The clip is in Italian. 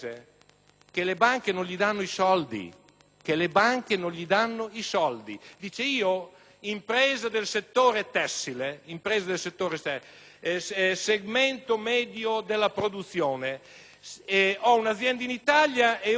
Che le banche non danno loro i soldi. Diceva che nel settore tessile e nel segmento medio della produzione ha un'azienda in Italia e una in Cina: per fortuna che con quella in Cina